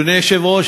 אדוני היושב-ראש,